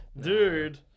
Dude